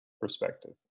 perspective